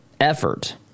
effort